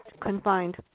Confined